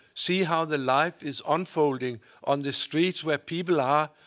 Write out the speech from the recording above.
see how the life is unfolding on the streets where people are,